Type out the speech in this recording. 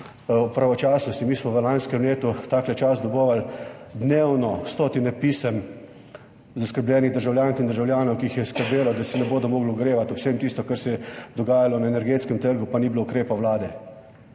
o pravočasnosti. Mi smo v lanskem letu takle čas dnevno dobivali stotine pisem zaskrbljenih državljank in državljanov, ki jih je skrbelo, da se ne bodo mogli ogrevati, ob vsem tistem, kar se je dogajalo na energetskem trgu, pa ni bilo ukrepa Vlade.